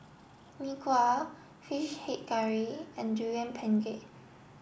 Mee Kuah fish head curry and durian pengat